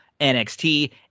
NXT